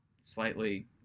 slightly